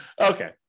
Okay